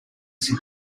some